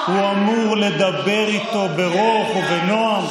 הוא אמור לדבר איתו ברוך ובנועם?